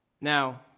Now